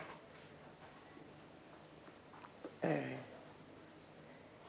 alright